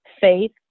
faith